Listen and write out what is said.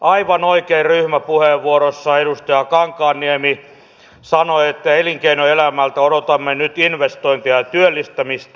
aivan oikein ryhmäpuheenvuorossa edustaja kankaanniemi sanoi että elinkeinoelämältä odotamme nyt investointeja ja työllistämistä